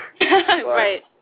Right